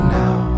now